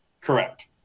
Correct